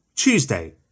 Tuesday